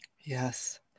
Yes